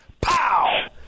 Pow